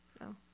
No